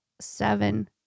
seven